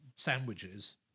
sandwiches